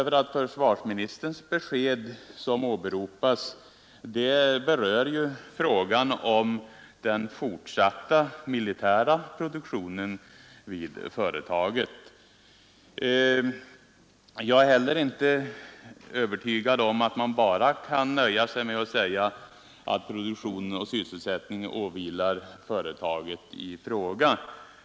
Försvarsministerns besked — som inrikesministern hänvisar till — berör frågan om den fortsatta militära produktionen vid företaget. Jag är heller inte övertygad om att man kan nöja sig med att bara säga att ansvaret för produktionen och sysselsättningen åvilar företaget i fråga.